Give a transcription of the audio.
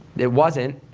it wasn't,